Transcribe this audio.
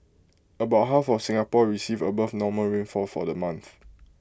about half of Singapore received above normal rainfall for the month